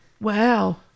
Wow